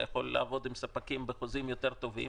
יכול לעבוד עם ספקים בחוזים טובים יותר,